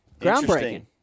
Groundbreaking